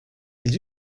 ils